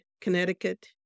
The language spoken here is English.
Connecticut